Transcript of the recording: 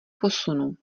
posunu